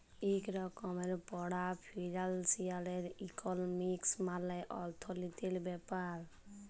ইক রকমের পড়া ফিলালসিয়াল ইকলমিক্স মালে অথ্থলিতির ব্যাপার